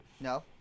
No